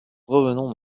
revenons